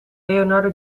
leonardo